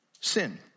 sin